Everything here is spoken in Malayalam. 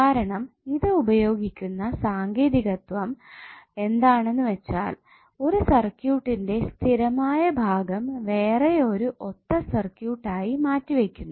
കാരണം ഇത് ഉപയോഗിക്കുന്ന സാങ്കേതികത്വം എന്താണെന്ന് വെച്ചാൽ ഒരു സർക്യൂട്ടിന്റെ സ്ഥിരമായ ഭാഗം വേറെ ഒരു ഒത്ത സർക്യൂട്ട് ആയി മാറ്റി വയ്ക്കുന്നു